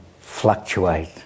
fluctuate